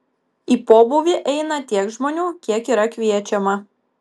į pobūvį eina tiek žmonių kiek yra kviečiama